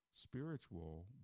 spiritual